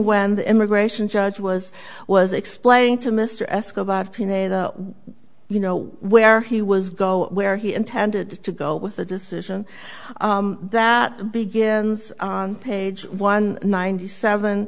the immigration judge was was explaining to mr escobar you know where he was go where he intended to go with the decision that begins on page one ninety seven